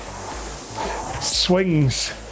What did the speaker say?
swings